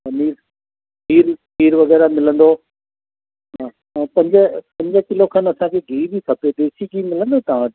पनीर खीर खीर वग़ैरह मिलंदो हा हा पंज पंज किलो खनि असांखे गिह बि खपे देसी गिह मिलंदो तव्हां वटि